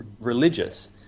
religious